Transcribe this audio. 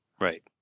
Right